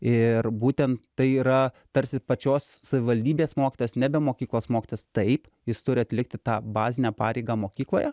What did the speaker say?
ir būtent tai yra tarsi pačios savivaldybės mokytojas nebe mokyklos mokytojas taip jis turi atlikti tą bazinę pareigą mokykloje